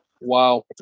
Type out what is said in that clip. Wow